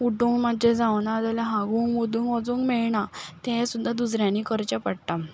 उठूंक मातशें जायना जाल्यार हागूंक मुतूंक वचूंक मेळना तें सुद्दां दुसऱ्यांनी करचें पडटा